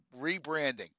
rebranding